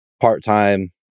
part-time